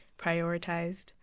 prioritized